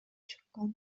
чыккан